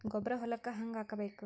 ಗೊಬ್ಬರ ಹೊಲಕ್ಕ ಹಂಗ್ ಹಾಕಬೇಕು?